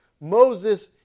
Moses